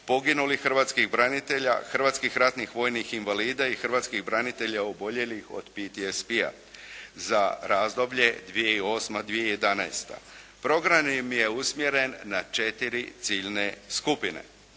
poginulih hrvatskih branitelja, hrvatskih ratnih vojnih invalida i hrvatskih branitelja oboljelih od PTSP-a za razdoblje 2008.-2011. Program je usmjeren na četiri ciljne skupine,